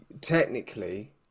technically